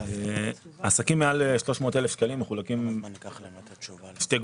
עסקים מעל 300 אלף שקלים מחולקים לשתי קבוצות.